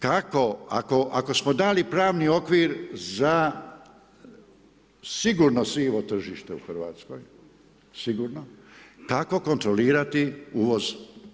Kako, ako smo dali pravni okvir za sigurno sivo tržište u RH, sigurno, kako kontrolirati uvoz.